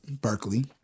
Berkeley